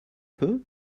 peu